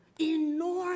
Enormous